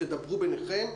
תדברו ביניכם,